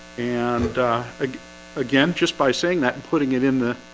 and again just by saying that putting it in the